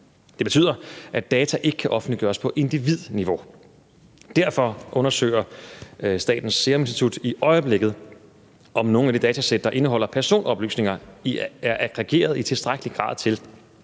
Det betyder, at data ikke kan offentliggøres på individniveau. Derfor undersøger Statens Serum Institut i øjeblikket, om nogle af de datasæt, der indeholder personoplysninger, er aggregerede i tilstrækkelig grad til,